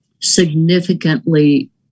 significantly